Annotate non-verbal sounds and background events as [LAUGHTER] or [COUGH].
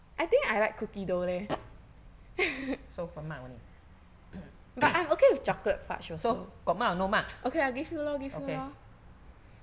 so mark only [COUGHS] so got mark or no mark okay